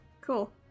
Cool